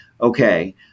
okay